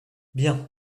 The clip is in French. bien